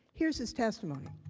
here is his testimony.